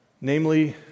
Namely